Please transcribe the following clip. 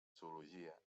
zoologia